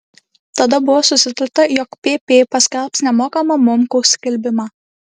tada buvo susitarta jog pp paskelbs nemokamą momkaus skelbimą